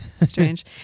strange